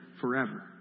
forever